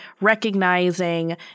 recognizing